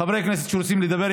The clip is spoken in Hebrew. חברי כנסת שרוצים לדבר,